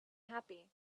happy